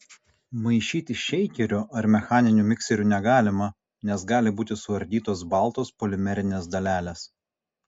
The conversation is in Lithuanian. maišyti šeikeriu ar mechaniniu mikseriu negalima nes gali būti suardytos baltos polimerinės dalelės